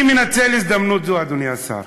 אני מנצל הזדמנות זו, אדוני השר.